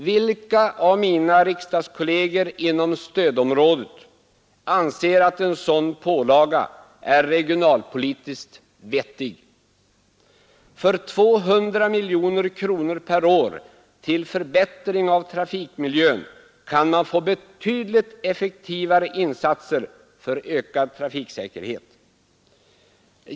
Vilka av mina riksdagskolleger inom stödområdet anser att en sådan pålaga är regionalpolitiskt vettig? För 200 miljoner kronor per år till förbättring av trafikmiljön kan man få betydligt effektivare insatser för ökad trafiksäkerhet.